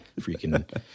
freaking